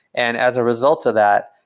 and as a result of that,